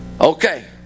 okay